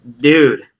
dude